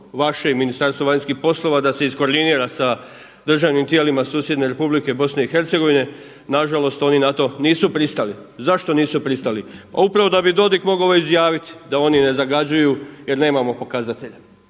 vaše i Ministarstvo vanjskih poslova da se izkordinira sa državnim tijelima susjedne Republike BiH, nažalost, oni na to nisu pristali. Zašto nisu pristali? Pa upravo da bi Dodig mogao ovo izjaviti da oni ne zagađuju jer nemamo pokazatelja.